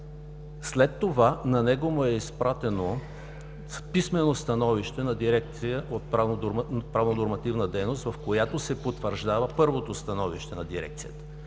След това на него му е изпратено писмено становище на дирекция „Правно-нормативна дейност“, в която се потвърждава първото становище на дирекцията,